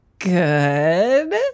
good